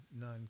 none